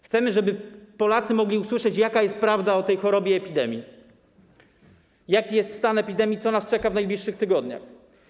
Chcemy, żeby Polacy mogli usłyszeć, jaka jest prawda o tej chorobie i o epidemii, jaki jest stan epidemii, co nas czeka w najbliższych tygodniach.